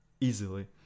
easily